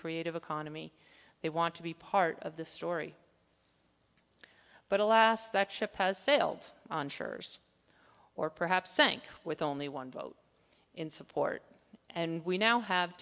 creative economy they want to be part of the story but alas that ship has sailed on sure's or perhaps sank with only one vote in support and we now have